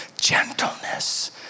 gentleness